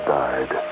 died